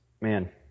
man